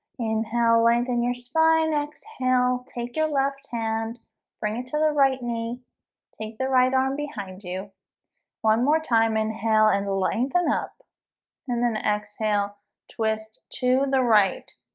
inhale lengthen your spine exhale take your left hand bring it to the right knee take the right arm behind you one more time inhale and lengthen up and then exhale twist to the right